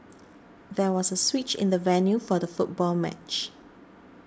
there was a switch in the venue for the football match